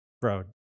Bro